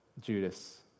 Judas